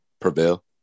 prevail